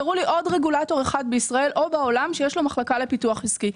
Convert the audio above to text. תראו לי עוד רגולטור אחד בישראל או בעולם שיש לו מחלקה לפיתוח עסקי.